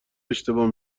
اشتباه